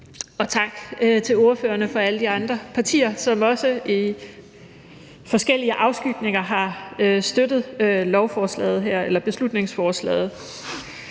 og tak til ordførerne fra alle de andre partier, som også i forskellige afskygninger har støttet beslutningsforslaget.